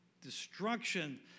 destruction